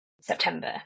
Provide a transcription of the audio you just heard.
september